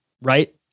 right